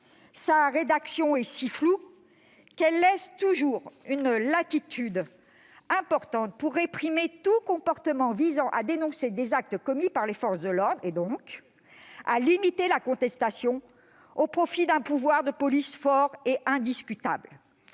la rédaction reste si floue qu'elle laisse toujours une latitude importante pour réprimer tout comportement visant à dénoncer des actes commis par les forces de l'ordre et, donc, pour limiter ainsi la possibilité de contestation au profit d'un pouvoir de police fort et indiscutable.